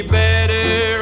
better